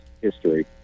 history